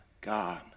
God